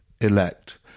elect